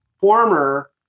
former